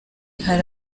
hari